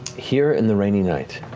here in the rainy night,